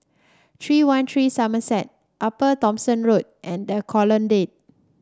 three one three Somerset Upper Thomson Road and The Colonnade